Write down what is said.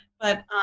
but-